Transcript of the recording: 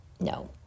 No